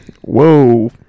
Whoa